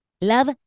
love